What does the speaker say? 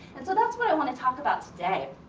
and so, that's what i want to talk about today.